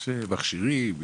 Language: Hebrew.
יש מכשירים,